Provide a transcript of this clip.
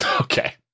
Okay